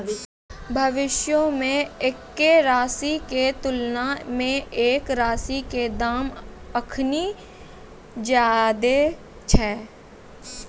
भविष्यो मे एक्के राशि के तुलना मे एक राशि के दाम अखनि ज्यादे छै